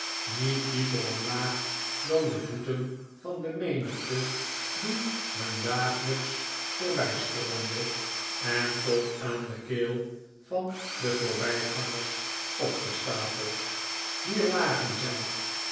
niet dieper omlaag dan de voeten van de menigte die hun dagelijks voorbijstroomde en tot aan de keel van die voorbij gangers opgestapeld hier lagen zij